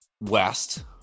west